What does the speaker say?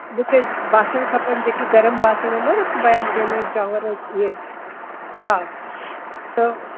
मूंखे बासण खपनि जे के गरम बासण न रखबा आहिनि जें में चांवर इहे हा त